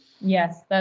Yes